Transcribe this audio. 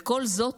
וכל זאת,